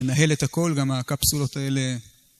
מנהל את הכל, גם הקפסולות האלה.